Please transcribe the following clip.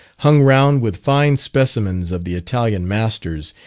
hung round with fine specimens of the italian masters,